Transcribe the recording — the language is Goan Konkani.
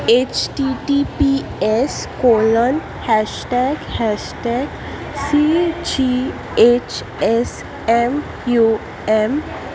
H T T P S colon hashtag hashtag C G H S M U M